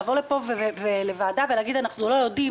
לבוא לפה לוועדה ולהגיד: אנחנו לא יודעים